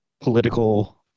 political